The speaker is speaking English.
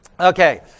Okay